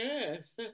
Yes